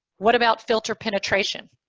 what about filter penetration?